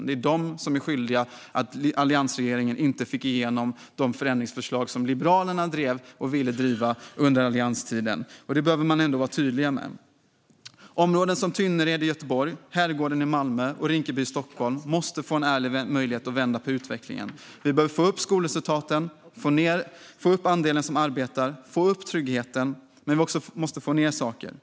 Det är de som är skyldiga till att alliansregeringen inte fick igenom de förändringsförslag som Liberalerna drev och ville driva under allianstiden. Detta behöver man vara tydlig med. Områden som Tynnered i Göteborg, Herrgården i Malmö och Rinkeby i Stockholm måste få en ärlig möjlighet att vända utvecklingen. Vi behöver få upp skolresultaten, få upp andelen som arbetar och få upp tryggheten, men vi måste också få ned saker.